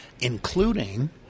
including